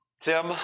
Tim